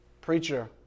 preacher